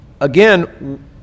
again